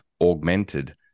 augmented